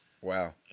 wow